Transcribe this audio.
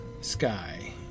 sky